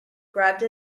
grabbed